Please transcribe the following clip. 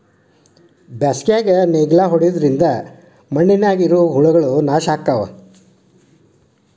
ಬ್ಯಾಸಿಗ್ಯಾಗ ನೇಗ್ಲಾ ಹೊಡಿದ್ರಿಂದ ಮಣ್ಣಿನ್ಯಾಗ ಇರು ಹುಳಗಳು ನಾಶ ಅಕ್ಕಾವ್